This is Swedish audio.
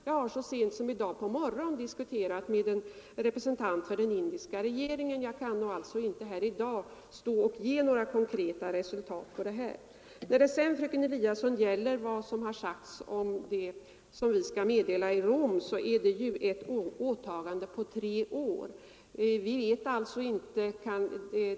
Jag har så sent som i dag på morgonen diskuterat med en representant för den indiska regeringen. Några konkreta resultat kan jag alltså inte ange här i dag. När det sedan gäller vad som sagts om det vi skall meddela i Rom, fröken Eliasson, så rör det sig ju om ett åtagande på tre år.